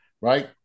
right